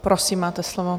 Prosím, máte slovo.